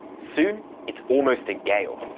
soon, it's almost a gale.